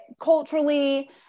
culturally